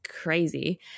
crazy